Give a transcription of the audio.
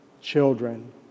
children